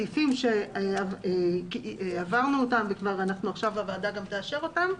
הסעיפים שעברנו אותם ואחרי הפיצול הוועדה גם תאשר אותם,